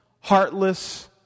heartless